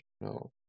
No